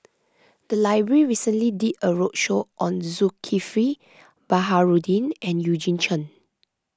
the library recently did a roadshow on Zulkifli Baharudin and Eugene Chen